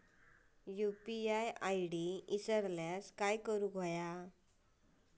UPI ID इसरल्यास काय करुचा?